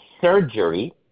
surgery